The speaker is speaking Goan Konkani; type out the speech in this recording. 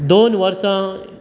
दोन वर्सां